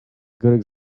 good